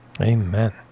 amen